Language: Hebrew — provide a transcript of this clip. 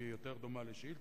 כי היא יותר דומה לשאילתא,